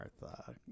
Martha